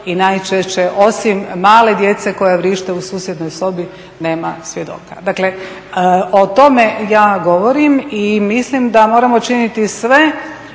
i najčešće osim male djece koja vrište u susjednoj sobi nema svjedoka. Dakle o tome ja govorim i mislim da moramo činiti sve